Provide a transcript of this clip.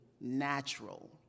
natural